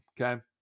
Okay